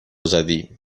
زدی